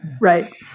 Right